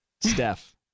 Steph